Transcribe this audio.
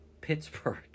Pittsburgh